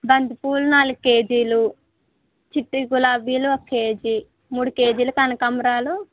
బంతి పూలు నాలుగు కేజీలు చిట్టి గులాబీలు ఒక కేజీ మూడు కేజీలు కనకాంబరాలు